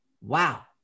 Wow